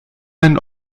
ein